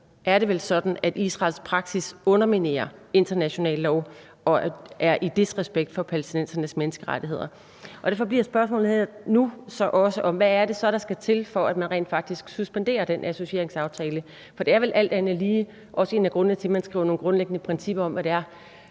er det vel sådan, at Israels praksis underminerer international lov og er i disrespekt for palæstinensernes menneskerettigheder, og derfor bliver spørgsmålet her nu så også, om hvad det så er, der skal til, for at man rent faktisk suspenderer den associeringsaftale, for det er vel alt andet lige også en af grundene til, at man skriver nogle grundlæggende principper om, hvad det er,